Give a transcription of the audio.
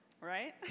right